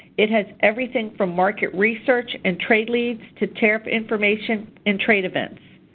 it has everything from market research and trade leaves to tariff information and trade events.